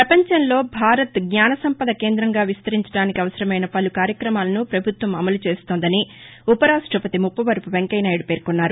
పపంచంలో భారత్ జ్ఞానసంపద కేందంగా విస్తరించడానికి అవసరమైన పలు కార్యక్రమాలను ప్రభుత్వం అమలు చేస్తోందని ఉపరాష్ట్రపతి ముప్పవరపు వెంకయ్యనాయుడు పేర్కొన్నారు